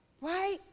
right